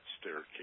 staircase